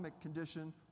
condition